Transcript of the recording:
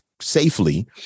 Safely